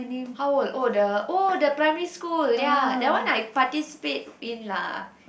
how old oh the oh the primary school ya that one I participated in lah